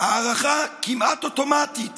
הארכה כמעט אוטומטית